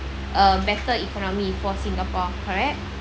a better economy for singapore correct